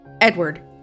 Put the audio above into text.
Edward